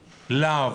לה"ב,